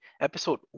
episode